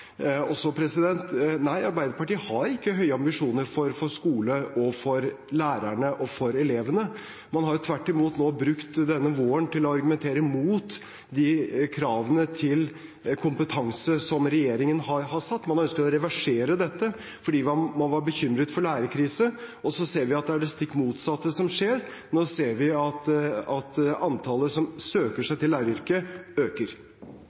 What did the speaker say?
Nei, Arbeiderpartiet har ikke høye ambisjoner for skolene, lærerne og elevene. Man har tvert imot nå brukt denne våren til å argumentere mot de kravene til kompetanse som regjeringen har stilt. Man har ønsket å reversere dette, fordi man var bekymret for lærerkrise. Så ser vi at det er det stikk motsatte som skjer. Vi ser nå at antallet som søker seg til læreryrket, øker.